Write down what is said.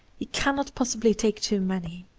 he cannot possibly take too many,